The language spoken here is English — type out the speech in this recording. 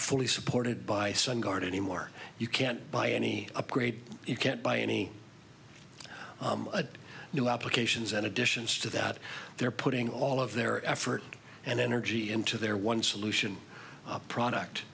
fully supported by sun gard anymore you can't buy any upgrade you can't buy any new applications and additions to that they're putting all of their effort and energy into their one solution product